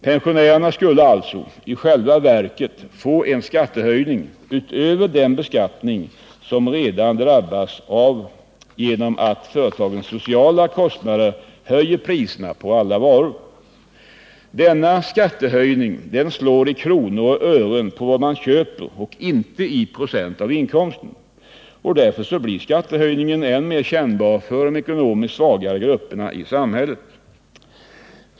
Pensionärerna skulle alltså i själva verket få en skattehöjning utöver den beskattning som de redan drabbats av genom att företagens sociala kostnader höjer priserna på alla varor. Denna skattehöjning slår i kronor och ören på vad man köper och inte i procent av inkomsten. Därför blir skattehöjningen än mer kännbar för de ekonomiskt svagare grupperna i samhället.